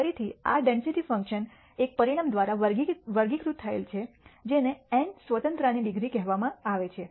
ફરીથી આ density function એક પરિમાણ દ્વારા વર્ગીકૃત થયેલ છે જેને n સ્વતંત્રતાની ડિગ્રી કહેવામાં આવે છે